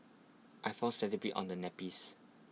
I found centipedes on the nappies